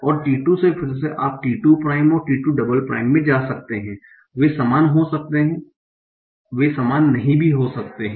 और t 2 से फिर से आप t 2 prime t 2 double prime में जा सकते हैं वे समान हो सकते हैं वे समान नहीं भी हो सकते हैं